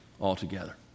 altogether